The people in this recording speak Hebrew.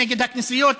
נגד הכנסיות,